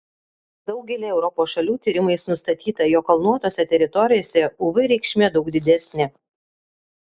daugelyje europos šalių tyrimais nustatyta jog kalnuotose teritorijose uv reikšmė daug didesnė